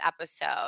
episode